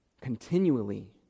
continually